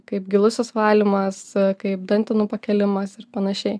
kaip gilusis valymas kaip dantenų pakėlimas ir panašiai